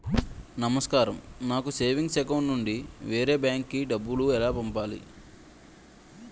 నమస్కారం నాకు savings account నుంచి వేరే బ్యాంక్ కి డబ్బు ఎలా పంపాలి?